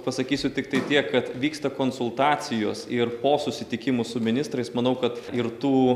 pasakysiu tiktai tiek kad vyksta konsultacijos ir po susitikimų su ministrais manau kad ir tų